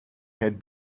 had